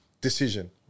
decision